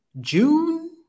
june